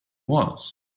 was